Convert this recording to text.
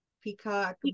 peacock